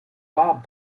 bob